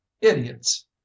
idiots